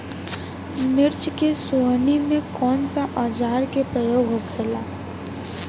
मिर्च के सोहनी में कौन सा औजार के प्रयोग होखेला?